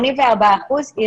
יש פה אלפי פניות לקו ראשון,